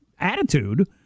attitude